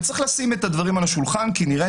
וצריך לשים את הדברים על השולחן כי נראה